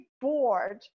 bored